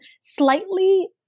slightly